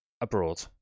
abroad